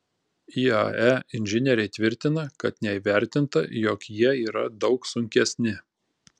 iae inžinieriai tvirtina kad neįvertinta jog jie yra daug sunkesni